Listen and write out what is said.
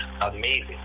amazing